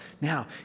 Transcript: Now